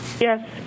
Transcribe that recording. Yes